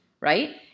right